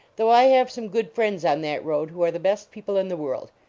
though i have some good friends on that road who are the best people in the world.